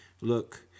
Look